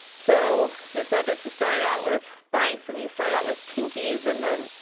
so she said that she started out with mice and you start out with pinkies and then,